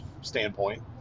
standpoint